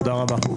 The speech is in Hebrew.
(היו"ר יצחק קרויזר, 09:43) תודה רבה.